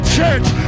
church